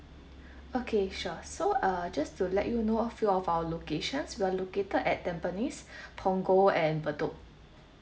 okay sure so uh just to let you know a few of our locations we're located at tampines punggol and bedok